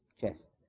chest